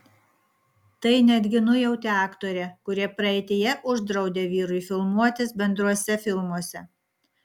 tai netgi nujautė aktorė kuri praeityje uždraudė vyrui filmuotis bendruose filmuose